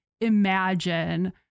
imagine